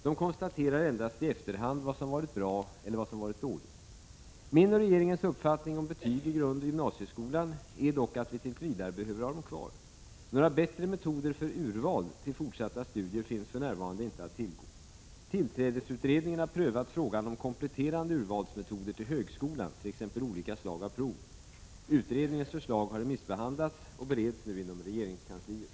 De konstaterar endast i efterhand vad som varit bra eller dåligt. Min och regeringens uppfattning om betyg i grundoch gymnasieskolan är dock att vi tills vidare behöver ha dem kvar. Några bättre metoder för urval till fortsatta studier finns för närvarande inte att tillgå. Tillträdesutredningen har prövat frågan om kompletterande urvalsmetoder till högskolan, t.ex. olika slag av prov. Utredningens förslag har remissbehandlats och bereds nu inom regeringskansliet.